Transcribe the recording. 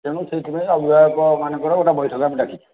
ତେଣୁ ସେଇଥିପାଇଁ ଅଭିଭାବକ ମାନଙ୍କର ଗୋଟେ ବୈଠକ ଆମେ ଡାକିଛୁ